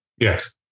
Yes